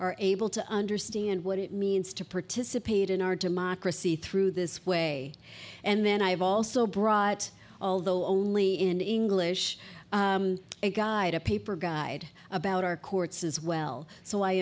are able to understand what it means to participate in our democracy through this way and then i have also brought although only in english a guide a paper guide about our courts as well so i